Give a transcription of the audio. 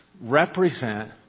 represent